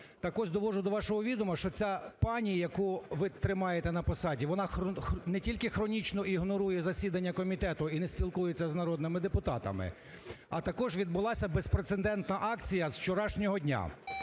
Так ось довожу до вашого відома, що ця пані, яку ви тримаєте на посаді, вона не тільки хронічно ігнорує засідання комітету і не спілкується з народними депутатами, а також відбулася безпрецедентна акція з вчорашнього дня.